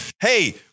Hey